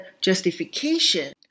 justification